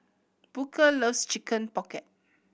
Booker loves Chicken Pocket